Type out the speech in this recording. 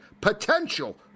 potential